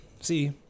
See